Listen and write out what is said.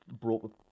brought